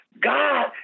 God